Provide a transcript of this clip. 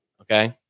okay